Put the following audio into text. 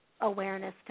awareness